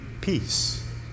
Peace